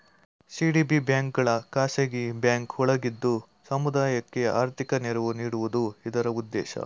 CDB ಬ್ಯಾಂಕ್ಗಳು ಖಾಸಗಿ bank ಒಳಗಿದ್ದು ಸಮುದಾಯಕ್ಕೆ ಆರ್ಥಿಕ ನೆರವು ನೀಡುವುದು ಇದರ ಉದ್ದೇಶ